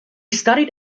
studied